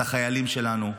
את החיילים שלנו,